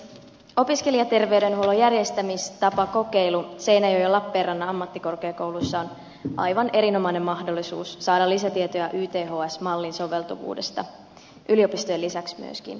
opiskelijaterveydenhuollon järjestämistapakokeilu seinäjoen ja lappeenrannan ammattikorkeakouluissa on aivan erinomainen mahdollisuus saada lisätietoja yths mallin soveltuvuudesta yliopistojen lisäksi myöskin ammattikorkeakoulukentälle